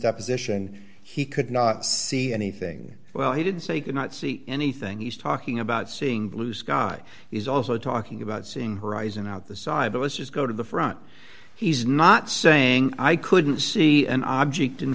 deposition he could not see anything well he did say he could not see anything he's talking about seeing blue sky he's also talking about seeing horizon out the side of us is go to the front he's not saying i couldn't see an object in